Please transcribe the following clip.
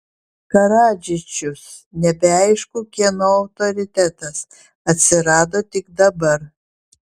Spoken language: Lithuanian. karadžičius nebeaišku kieno autoritetas atsirado tik dabar